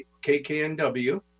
KKNW